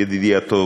ידידי הטוב,